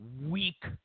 weak